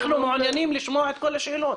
אנחנו מעוניינים לשמוע את כל השאלות.